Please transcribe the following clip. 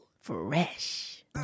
Fresh